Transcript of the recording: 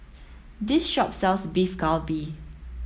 this shop sells Beef Galbi